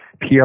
PR